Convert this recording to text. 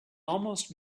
almost